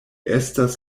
estas